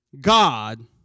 God